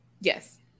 Yes